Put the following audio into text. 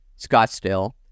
Scottsdale